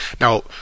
Now